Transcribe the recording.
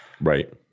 right